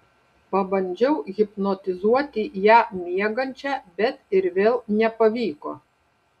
pabandžiau hipnotizuoti ją miegančią bet ir vėl nepavyko